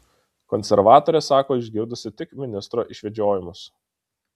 konservatorė sako išgirdusi tik ministro išvedžiojimus